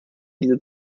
diese